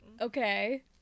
okay